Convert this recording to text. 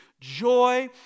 joy